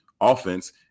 offense